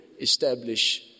establish